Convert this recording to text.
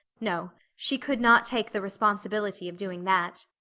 no, she could not take the responsibility of doing that!